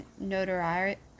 notoriety